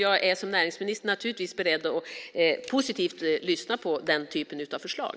Jag är som näringsminister naturligtvis beredd att positivt lyssna på den typen av förslag.